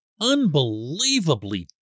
unbelievably